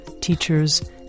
teachers